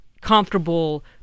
comfortable